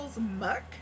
muck